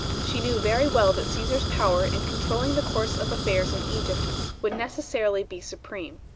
she knew very well that caesar's power in controlling the course of affairs in egypt would necessarily be supreme.